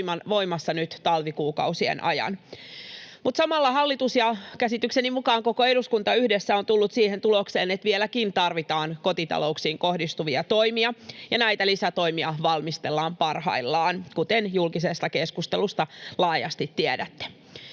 voimassa nyt talvikuukausien ajan. Mutta samalla hallitus ja käsitykseni mukaan koko eduskunta yhdessä on tullut siihen tulokseen, että vieläkin tarvitaan kotitalouksiin kohdistuvia toimia, ja näitä lisätoimia valmistellaan parhaillaan, kuten julkisesta keskustelusta laajasti tiedätte.